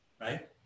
right